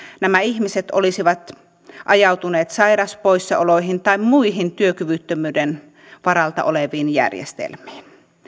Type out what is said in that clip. nämä ihmiset olisivat ajautuneet sairauspoissaoloihin tai muihin työkyvyttömyyden varalta oleviin järjestelmiin